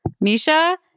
Misha